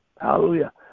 Hallelujah